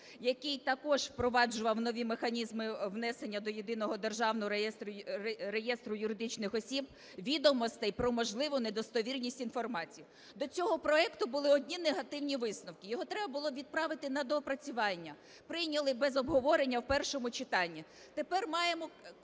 який також впроваджував нові механізми внесення до Єдиного державного реєстру юридичних осіб відомостей про можливу недостовірність інформації? До цього проекту були одні негативні висновки, його треба було відправити на доопрацювання. Прийняли без обговорення в першому читанні. Тепер маємо